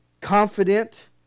confident